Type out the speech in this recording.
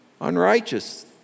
unrighteous